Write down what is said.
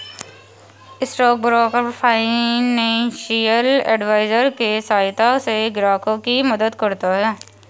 stock broker financial advisory के सहायता से ग्राहकों की मदद करता है